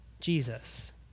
Jesus